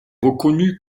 reconnu